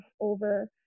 over